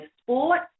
Sport